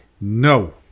No